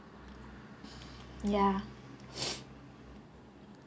ya